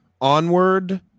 Onward